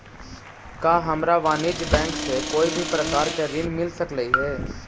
का हमरा वाणिज्य बैंक से कोई भी प्रकार के ऋण मिल सकलई हे?